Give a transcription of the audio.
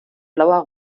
blauer